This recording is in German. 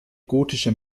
gotische